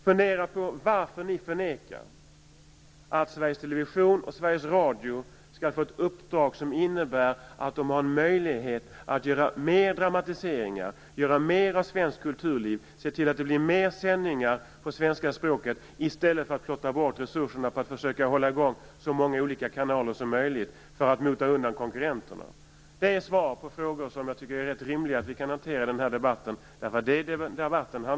Fundera över varför ni säger nej till att Sveriges Television och Sveriges Radio skall få ett uppdrag som innebär att de får möjlighet att göra fler dramatiseringar, att göra fler svenska kulturprogram och att se till att det blir fler sändningar på svenska språket, i stället för att plottra bort resurserna på att försöka hålla i gång så många olika kanaler som möjligt för att mota undan konkurrenterna. Det är frågor som jag tycker att det är rätt rimligt att få svar på i den här debatten.